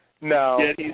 No